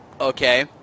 Okay